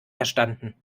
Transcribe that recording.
erstanden